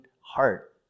heart